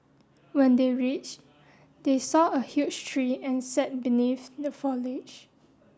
when they reached they saw a huge tree and sat beneath the foliage